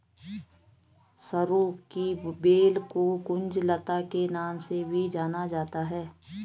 सरू की बेल को कुंज लता के नाम से भी जाना जाता है